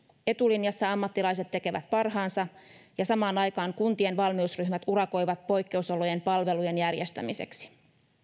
etulinjassa ammattilaiset tekevät parhaansa ja samaan aikaan kuntien valmiusryhmät urakoivat poikkeusolojen palvelujen järjestämiseksi